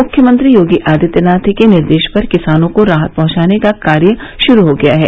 मुख्यमंत्री योगी आदित्यनाथ के निर्देश पर किसानों को राहत पहुंचाने का कार्य शुरू हो गया है